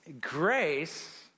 grace